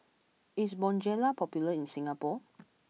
is Bonjela popular in Singapore